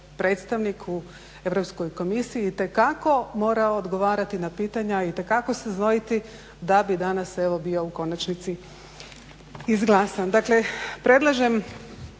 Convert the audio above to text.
predstavnik u Europskoj komisiji itekako mora odgovarati na pitanja, itekako se znojiti da bi danas evo bio u konačnici izglasan. Dakle predlažem